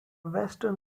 western